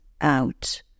out